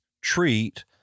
treat